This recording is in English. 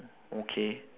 okay